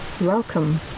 Welcome